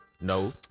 No